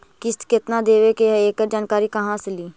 किस्त केत्ना देबे के है एकड़ जानकारी कहा से ली?